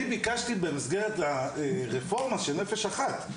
אני ביקשתי במסגרת הרפורמה של נפש אחת,